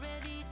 ready